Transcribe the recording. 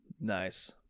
nice